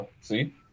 see